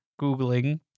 googling